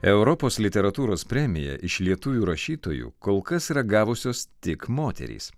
europos literatūros premiją iš lietuvių rašytojų kol kas yra gavusios tik moterys